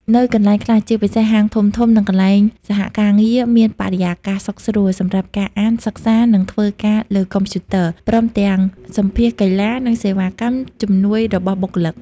នៅកន្លែងខ្លះជាពិសេសហាងធំៗ និងកន្លែងសហការងារមានបរិយាកាសសុខស្រួល សំរាប់ការអាន សិក្សា និងធ្វើការលើកុំព្យូទ័រ ព្រមទាំងសម្ភាសន៍កីឡា និងសេវាកម្មជំនួយរបស់បុគ្គលិក។